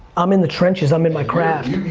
i'm in the trenches, i'm in my craft.